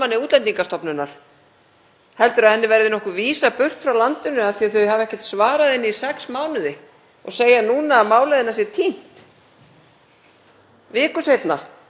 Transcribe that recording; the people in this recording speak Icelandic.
Viku seinna: Sæl. Hún fékk svar í gær. Hún fær dvalarleyfi í eitt ár. Ég svaraði: Já, það er mjög gott,